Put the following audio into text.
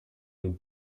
den